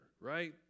right